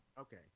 Okay